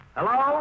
Hello